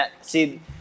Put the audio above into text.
See